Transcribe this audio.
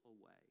away